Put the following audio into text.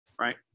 right